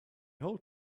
whole